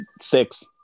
Six